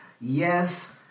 yes